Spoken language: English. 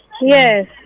Yes